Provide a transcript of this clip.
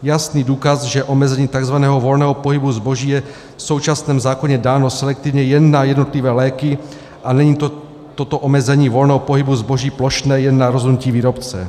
Jasný důkaz, že omezení tzv. volného pohybu zboží je v současném zákoně dáno selektivně jen na jednotlivé léky a není toto omezení volného pohybu zboží plošné jen na rozhodnutí výrobce.